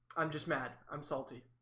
i'm just mad. i'm salty.